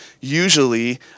usually